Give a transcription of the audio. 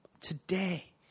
today